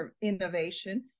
innovation